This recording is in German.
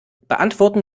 beantworten